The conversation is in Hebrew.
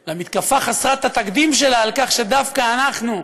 על המתקפה חסרת התקדים שלה על כך שדווקא אנחנו,